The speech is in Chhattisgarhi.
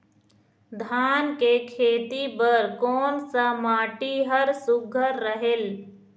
धान के खेती बर कोन सा माटी हर सुघ्घर रहेल?